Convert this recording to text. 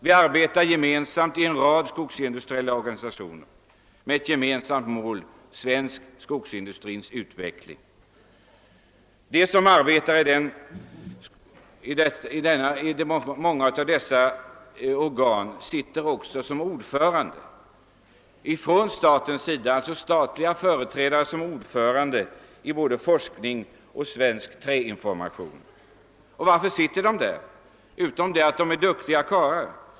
Vi arbetar tillsammans i en rad skogsindustriella organisationer med ett gemensamt mål för ögonen:. svensk skogsindustris utveckling. De statliga företrädarna i många av dessa organ är också verksamma både inom forskning och träinformation. Varför har de satts på dessa poster, utom därför att de är duktiga karlar?